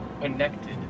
connected